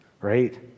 right